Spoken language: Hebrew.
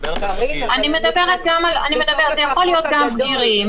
אלה יכולים להיות גם בגירים,